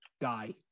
guy